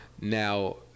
now